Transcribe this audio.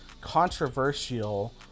controversial